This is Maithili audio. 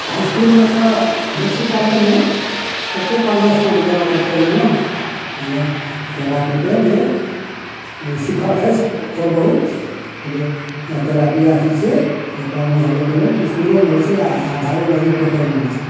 आ इसकुलमे तऽ बेसी काल तऽ नहि ओतौ पाँच दस मिनट गेलहुॅं तऽ तैर लेलहुॅं बुझलियै तैराकीके लिए सीखल अछि थोड़ बहुत बुझलियै या तैराकी इएह चीज छियै जे पानिमे हेलयके लेल इसकुलोमे होइ छै आ धारो नदी पोखरिमे होइ छै